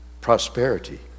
prosperity